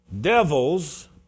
devils